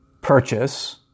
purchase